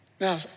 Now